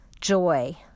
joy